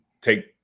take –